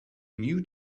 new